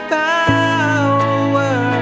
power